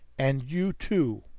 and you, too!